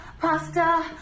pasta